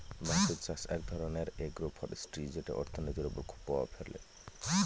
বাঁশের চাষ এক ধরনের এগ্রো ফরেষ্ট্রী যেটা অর্থনীতির ওপর খুব প্রভাব ফেলে